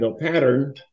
pattern